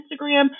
Instagram